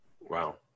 Wow